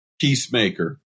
peacemaker